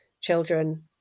children